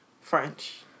French